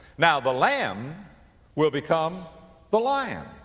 now the lamb will become the lion.